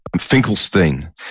Finkelstein